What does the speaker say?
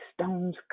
stones